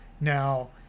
Now